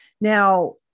Now